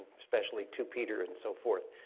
especially two peter and so forth.